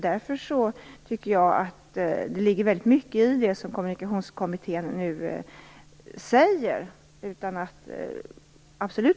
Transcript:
Därför tycker jag, utan att ta ställning för förslaget, att det ligger väldigt mycket i det som Kommunikationskommittén nu säger.